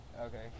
Okay